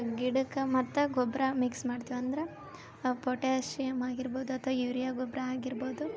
ಗಿಡಕ್ಕೆ ಮತ್ತೆ ಗೊಬ್ಬರ ಮಿಕ್ಸ್ ಮಾಡ್ತಿವಿ ಅಂದ್ರ ಪೊಟ್ಯಾಸಿಯಂ ಆಗಿರ್ಬೋದು ಅಥವಾ ಯೂರಿಯಾ ಗೊಬ್ಬರ ಆಗಿರ್ಬೋದು